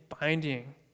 binding